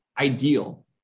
ideal